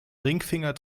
ringfinger